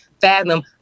fathom